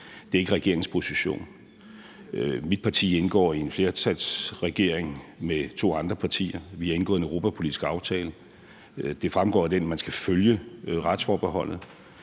Det er ikke regeringens position. Mit parti indgår i en flertalsregering med to andre partier; vi har indgået en europapolitisk aftale, og det fremgår af den, at man skal følge retsforbeholdet,